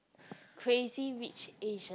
crazy rich asian